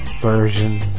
version